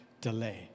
delay